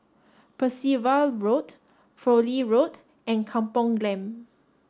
Percival Road Fowlie Road and Kampong Glam